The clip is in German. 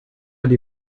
die